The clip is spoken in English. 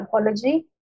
apology